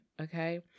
okay